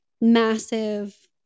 massive